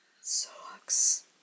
Sucks